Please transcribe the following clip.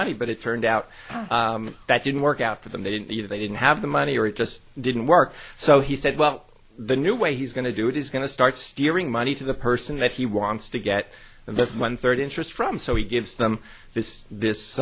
money but it turned out that didn't work out for them they didn't either they didn't have the money or it just didn't work so he said well the new way he's going to do it is going to start steering money to the person that he wants to get the one third interest from so he gives them this this